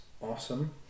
awesome